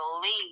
believe